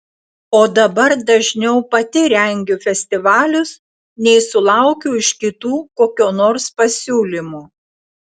o dabar dažniau pati rengiu festivalius nei sulaukiu iš kitų kokio nors pasiūlymo